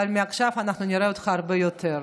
אבל מעכשיו אנחנו נראה אותך הרבה יותר,